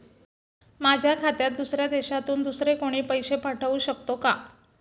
माझ्या खात्यात दुसऱ्या देशातून दुसरे कोणी पैसे पाठवू शकतो का?